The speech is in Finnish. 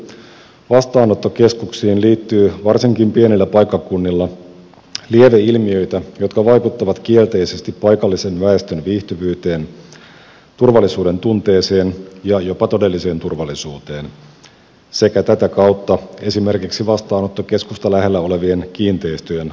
kokemusperäisesti vastaanottokeskuksiin liittyy varsinkin pienillä paikkakunnilla lieveilmiöitä jotka vaikuttavat kielteisesti paikallisen väestön viihtyvyyteen turvallisuuden tunteeseen ja jopa todelliseen turvallisuuteen sekä tätä kautta esimerkiksi vastaanottokeskusta lähellä olevien kiinteistöjen arvoon